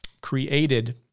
created